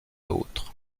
autre